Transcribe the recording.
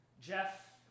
Jeff